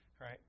right